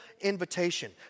invitation